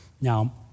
Now